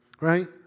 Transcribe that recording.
Right